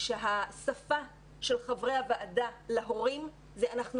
שהשפה של חברי הוועדה להורים היא "אנחנו